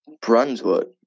Brunswick